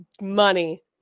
money